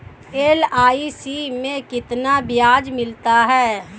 LIC में कितना ब्याज मिलता है?